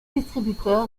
distributeur